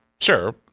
sure